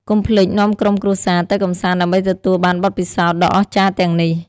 កុំភ្លេចនាំក្រុមគ្រួសារទៅកម្សាន្តដើម្បីទទួលបានបទពិសោធន៍ដ៏អស្ចារ្យទាំងនេះ។